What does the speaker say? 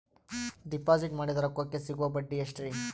Deposit ಮಾಡಿದ ರೊಕ್ಕಕೆ ಸಿಗುವ ಬಡ್ಡಿ ಎಷ್ಟ್ರೀ?